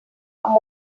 amb